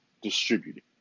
distributed